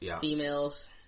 females